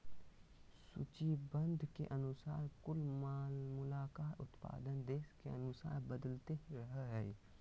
सूचीबद्ध के अनुसार कुल मिलाकर उत्पादन देश के अनुसार बदलते रहइ हइ